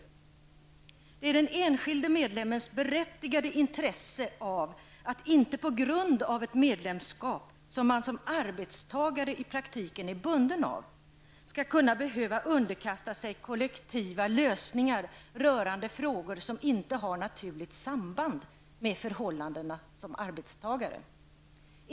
Det ligger i den enskilde medlemmens berättigade intresse att inte på grund av ett medlemskap, som man som arbetstagare i praktiken är bunden av, behöva underkasta sig kollektiva lösningar rörande frågor som inte har ett naturligt samband med förhållandena som arbetstagare.